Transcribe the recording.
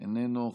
איננו,